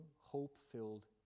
hope-filled